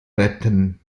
retten